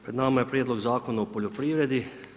Pred nama je Prijedlog Zakona o poljoprivredi.